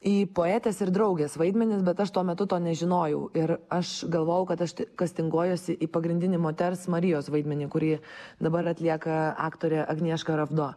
į poetės ir draugės vaidmenis bet aš tuo metu to nežinojau ir aš galvojau kad aš kastinguojuosi į pagrindinį moters marijos vaidmenį kurį dabar atlieka aktorė agnieška ravdo